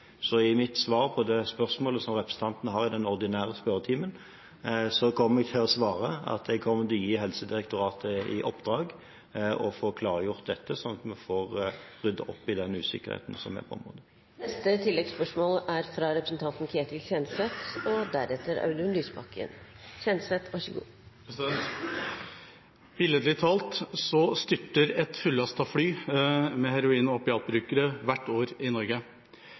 I mitt svar på det spørsmålet som representanten har i den ordinære spørretimen, kommer jeg til å svare at jeg kommer til å gi Helsedirektoratet i oppdrag å få klargjort dette sånn at vi får ryddet opp i den usikkerheten som er på området. Ketil Kjenseth – til oppfølgingsspørsmål. Billedlig talt styrter et fly fullastet med heroin-/opiatbrukere hvert år i Norge. Om lag 260 personer dør av en overdose. I de aller fleste dødsfallene er opiat involvert. Ikke på noe annet samfunnsområde i Norge